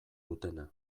dutena